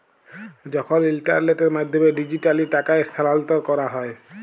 যখল ইলটারলেটের মাধ্যমে ডিজিটালি টাকা স্থালাল্তর ক্যরা হ্যয়